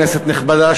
כנסת נכבדה,